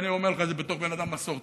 ואני אומר לך את זה בתור בן אדם מסורתי.